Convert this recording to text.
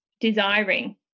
desiring